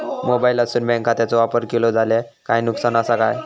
मोबाईलातसून बँक खात्याचो वापर केलो जाल्या काय नुकसान असा काय?